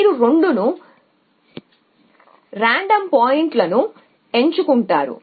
మీరు 2 యాదృచ్ఛిక పాయింట్లను ఎంచుకుంటారు